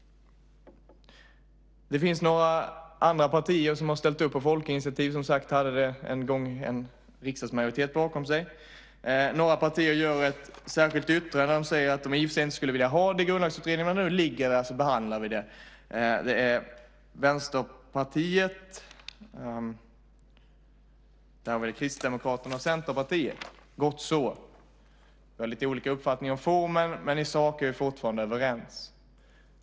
Det finns några andra partier som har ställt upp på folkinitiativ. Det hade som sagt en gång en riksdagsmajoritet bakom sig. Några partier har ett särskilt yttrande där de säger att de i och för sig inte skulle vilja ha frågan i Grundlagsutredningen, men eftersom den nu ligger där så behandlar vi den där. Det är Vänsterpartiet, Kristdemokraterna och Centerpartiet - gott så! Vi har lite olika uppfattningar om formen, men i sak är vi fortfarande överens.